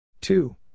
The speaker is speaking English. Two